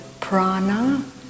prana